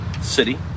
city